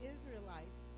Israelites